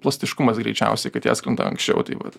plastiškumas greičiausiai kad jie atskrenda anksčiau tai vat